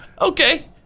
okay